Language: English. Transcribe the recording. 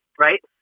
right